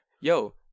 Yo